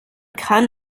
kann